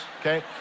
okay